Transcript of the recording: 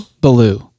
Blue